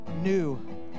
new